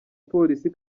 polisi